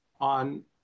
on